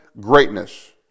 greatness